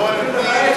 ביטחון פנים?